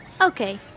Okay